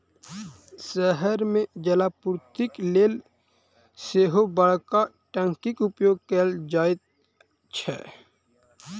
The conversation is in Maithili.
शहर मे जलापूर्तिक लेल सेहो बड़का टंकीक उपयोग कयल जाइत छै